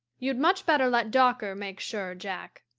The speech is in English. you'd much better let dawker make sure, jack.